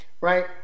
right